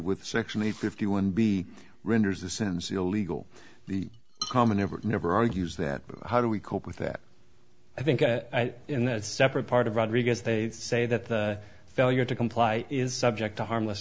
with sexually fifty one b renders the sins illegal the common never never argues that how do we cope with that i think in that separate part of rodriguez they say that the failure to comply is subject to harmless